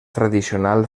tradicional